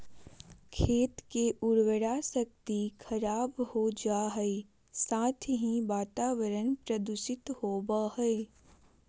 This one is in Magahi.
खेत के उर्वरा शक्ति खराब हो जा हइ, साथ ही वातावरण प्रदूषित होबो हइ